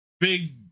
Big